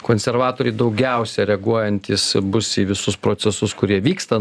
konservatoriai daugiausia reaguojantys bus į visus procesus kurie vyksta